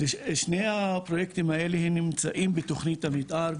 שני הפרויקטים האלה נמצאים בתכנית המתאר,